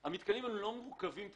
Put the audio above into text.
המתקנים הם לא מורכבים טכנולוגית.